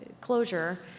closure